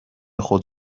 خود